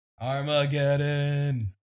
Armageddon